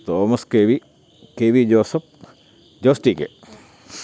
thomas K V K V joseph Jose T K